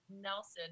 Nelson